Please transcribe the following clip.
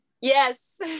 Yes